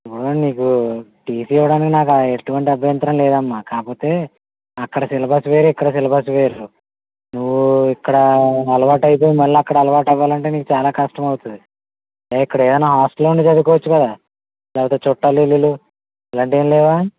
మామూలుగా నీకు టీసీ ఇవ్వడానికి నాకు ఎటువంటి అభ్యంతరం లేదమ్మా కాకపోతే అక్కడ సిలబస్ వేరు ఇక్కడ సిలబస్ వేరు నువ్వు ఇక్కడ అలవాటు అయిపోయి మళ్ళీ అక్కడ అలవాటు అవ్వాలంటే నీకు చాలా కష్టం అవుతుంది అదే ఇక్కడ ఏదైనా హాస్టల్లో ఉండి చదువుకోవచ్చు కదా లేకపోతే చూట్టాలు ఇళ్ళు ఇలాంటివి ఏమి లేవా